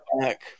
back